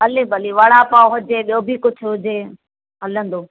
हले भली वड़ा पाव हुजे ॿियो बि कुझु हुजे हलंदो